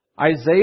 Isaiah